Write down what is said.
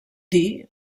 dir